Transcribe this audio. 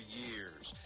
years